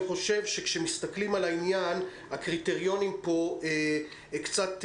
כשמסתכלים על העניין הקריטריונים פה קצת מעוותים,